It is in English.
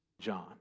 John